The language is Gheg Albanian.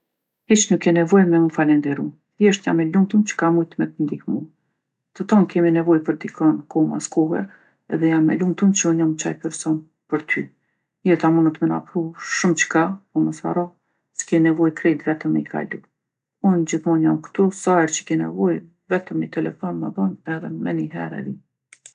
Hiq nuk ke nevojë me mu falenderu. Thjesht jam e lumtun që kam mujtë me t'ndihmu. Të ton kemi nevojë për dikon kohë mas kohe edhe jam e lumtun që unë jam qaj person për ty. Jeta munët me na pru shumëçka, po mos harru s'ke nevojë krejt vetëm me i kalu. Unë gjithmonë jam ktu, sa herë q'i ke nevojë vetëm ni telefon ma bon edhe menihere vi.